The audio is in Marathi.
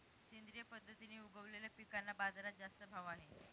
सेंद्रिय पद्धतीने उगवलेल्या पिकांना बाजारात जास्त भाव आहे